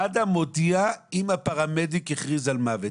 מד"א מודיע אם הפרמדיק הכריז על מוות,